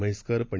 Mhaiskar Pandit